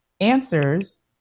answers